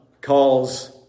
calls